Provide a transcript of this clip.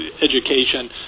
education